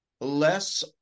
less